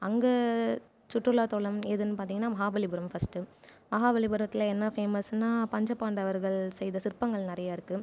அங்கே சுற்றுலா தளம் எதுன்னு பார்த்திங்கன்னா மஹாபலிபுரம் ஃபர்ஸ்ட்டு மஹாபலிபுரத்தில் என்ன ஃபேமஸ்னா பஞ்சபாண்டவர்கள் செய்த சிற்பங்கள் நிறைய இருக்கு